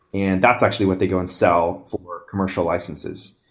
and that's actually what they go and sell for commercial licenses.